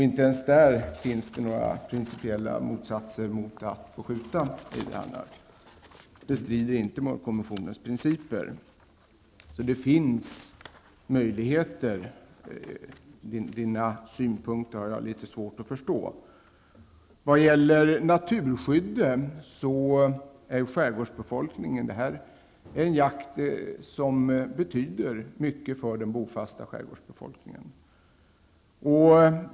Inte ens där finns det några principella invändningar mot att man skulle få skjuta ejderhanar. Det strider inte mot konventionens principer, så det finns möjligheter, och jag har därför litet svårt att förstå Vad gäller naturskyddet är det här en jakt som betyder mycket för den bofasta skärgårdsbefolkningen.